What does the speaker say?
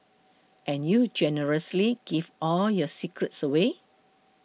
and you generously give all your secrets away